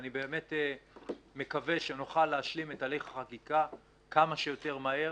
אני באמת מקווה שנוכל להשלים את הליך החקיקה כמה שיותר מהר,